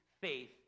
faith